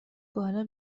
بالا